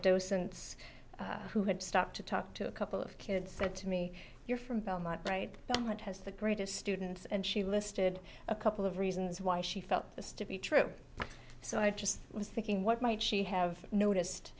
docents who had stopped to talk to a couple of kids said to me you're from belmont right and has the greatest students and she listed a couple of reasons why she felt this to be true so i just was thinking what might she have noticed